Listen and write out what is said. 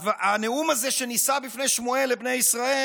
הנאום הזה שנישא בפני שמואל לבני ישראל,